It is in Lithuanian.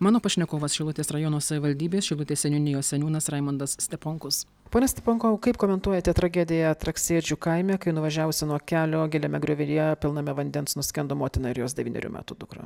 mano pašnekovas šilutės rajono savivaldybės šilutės seniūnijos seniūnas raimondas steponkus pone steponkau kaip komentuojate tragediją traksėdžių kaime kai nuvažiavusi nuo kelio giliame griovyje pilname vandens nuskendo motina ir jos devynerių metų dukra